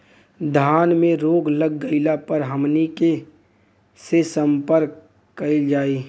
धान में रोग लग गईला पर हमनी के से संपर्क कईल जाई?